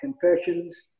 confessions